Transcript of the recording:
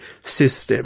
system